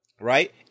right